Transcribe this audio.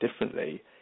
differently